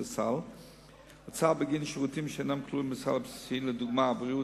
2. מה הם